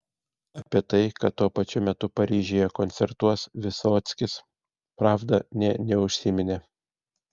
apie tai kad tuo pačiu metu paryžiuje koncertuos vysockis pravda nė neužsiminė